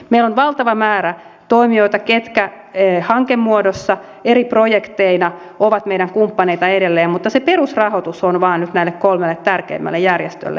meillä on valtava määrä toimijoita ketkä hankemuodossa eri projekteina ovat meidän kumppaneita edelleen mutta se perusrahoitus on vain nyt näille kolmelle tärkeimmälle järjestölle